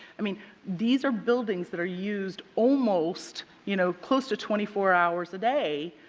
i mean these are buildings that are used almost you know close to twenty four hours a day.